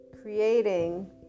creating